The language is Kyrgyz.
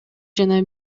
жана